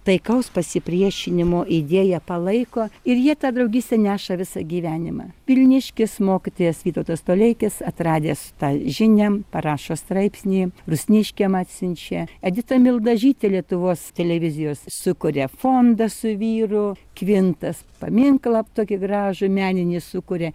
taikaus pasipriešinimo idėją palaiko ir jie tą draugystę neša visą gyvenimą vilniškis mokytojas vytautas toleikis atradęs tą žinią parašo straipsnį rusniškiam atsiunčia edita mildažytė lietuvos televizijos sukuria fondą su vyru kvintas paminklą tokį gražų meninį sukuria